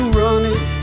running